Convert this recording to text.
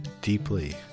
deeply